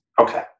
Okay